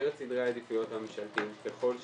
במסגרת סדרי העדיפויות הממשלתיים ככל שניתן.